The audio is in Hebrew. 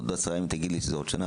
עוד עשרה ימים תגיד לי שזה עוד שנה,